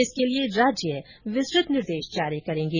इसके लिए राज्य विस्तृत निर्देश जारी करेंगे